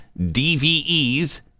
DVEs